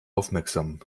aufmerksam